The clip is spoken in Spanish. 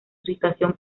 situación